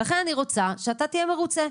ולכן אני רוצה שאתה תהיה מרוצה.